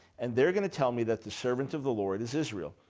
and they're going to tell me that the servant of the lord is israel,